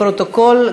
לפרוטוקול,